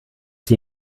sie